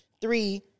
Three